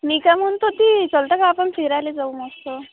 मी काय म्हणत होती चलता का आपण फिरायला जाऊ मस्त